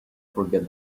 forget